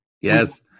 Yes